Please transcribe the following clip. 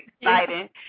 exciting